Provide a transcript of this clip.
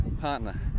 partner